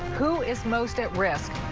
who is most at risk.